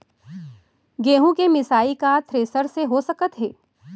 गेहूँ के मिसाई का थ्रेसर से हो सकत हे?